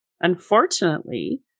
Unfortunately